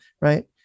right